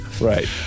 Right